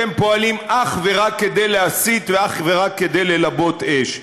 אתם פועלים אך ורק כדי להסית ואך ורק כדי ללבות אש.